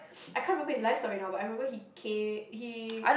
I can't remember his life story now but I remember he came he